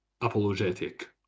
apologetic